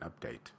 update